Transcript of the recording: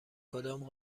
کدام